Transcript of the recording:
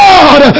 God